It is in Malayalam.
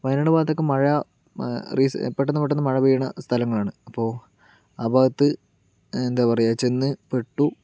വയനാട് ഭാഗത്തൊക്കെ മഴ റീസ് പെട്ടന്ന് പെട്ടന്ന് മഴ പെയ്യുന്ന സ്ഥലങ്ങളാണ് അപ്പൊൾ ആ ഭാഗത്ത് എന്താ പറയുക ചെന്ന് പെട്ടു